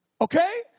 Okay